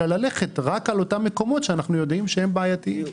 אלא ללכת רק על אותם מקומות שאנחנו יודעים שהם בעייתיים.